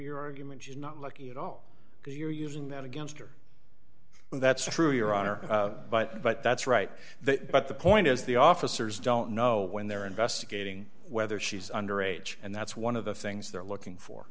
your argument you're not looking at all you're using that against her that's true your honor but but that's right but the point is the officers don't know when they're investigating whether she's under age and that's one of the things they're looking for